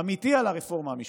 אמיתי, על הרפורמה המשפטית,